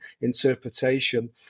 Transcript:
interpretation